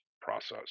process